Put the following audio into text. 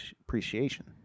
appreciation